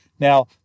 Now